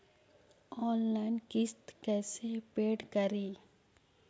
Online किस्त कैसे paid करि?